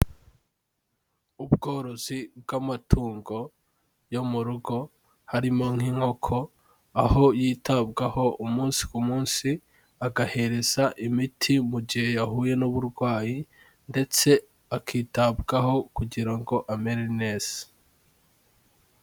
Ubworozi bw'amatungo yo mu rugo harimo nk'inkoko, aho yitabwaho umunsi ku munsi, agahereza imiti mu gihe yahuye n'uburwayi, ndetse akitabwaho kugira ngo amere neza.